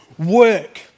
Work